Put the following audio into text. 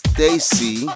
Stacy